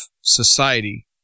society